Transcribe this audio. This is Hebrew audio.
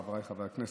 חבריי חברי הכנסת,